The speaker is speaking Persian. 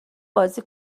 بازی